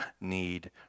need